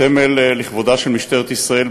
סמל לכבודה של משטרת ישראל,